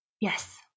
Yes